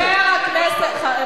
חבר הכנסת.